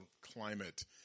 climate